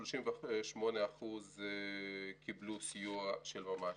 38% קיבלו סיוע של ממש.